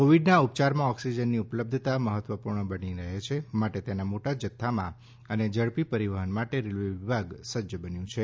કોવિડના ઉપયારમાં ઓક્સિજનની ઉપલબ્ધતા મહત્વપૂર્ણ બની રહે છે માટે તેના મોટા જથ્થામાં અને ઝડપી પરીવહન માટે રેલ્વે વિભાગ સજ્જ બન્યું છે